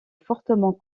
fortement